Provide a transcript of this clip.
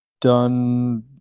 done